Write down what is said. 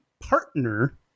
partner